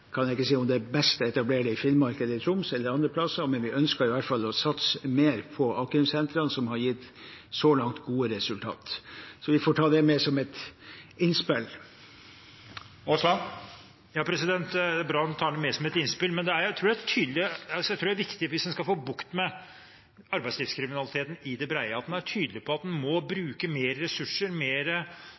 best å etablere det i Finnmark, Troms eller andre steder, men vi ønsker i hvert fall å satse mer på a-krimsentrene, som så langt har gitt gode resultater. Jeg får ta det med som et innspill. Det er bra at han tar det med som et innspill, men jeg tror det er viktig hvis en skal få bukt med arbeidslivskriminaliteten i det brede, at en er tydelig på at en må bruke mer ressurser og – skal vi si – iverksette mer